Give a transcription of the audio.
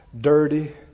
dirty